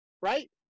right